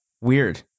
Weird